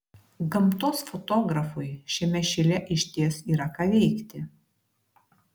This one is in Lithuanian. gamtos fotografui šiame šile išties yra ką veikti